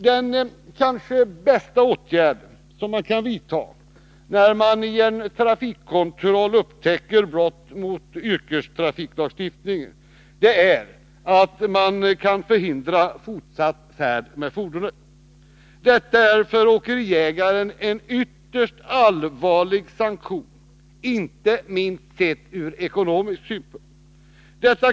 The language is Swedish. Den kanske bästa åtgärd man kan vidtaga, när man i en trafikkontroll upptäcker brott mot yrkestrafiklagstiftningen, är att förhindra fortsatt färd med fordonet. Det är för åkeriägaren en ytterst allvarlig sanktion, inte minst ur ekonomisk synpunkt sett.